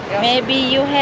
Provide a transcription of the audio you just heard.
maybe you